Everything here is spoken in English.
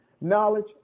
knowledge